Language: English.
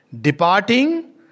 departing